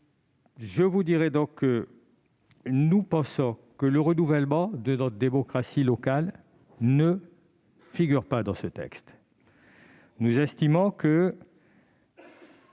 continuer longuement. Nous pensons que le renouvellement de notre démocratie locale ne figure pas dans ce texte. Nous estimons que